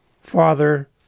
father